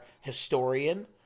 historian